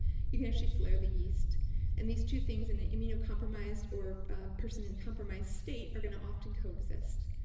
you can actually flare the yeast and these two things in an immunocompromised, or a person in a compromised state, are going to often co-exist.